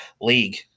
league